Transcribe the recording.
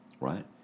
right